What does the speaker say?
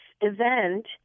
event